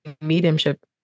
mediumship